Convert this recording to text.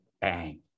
Bang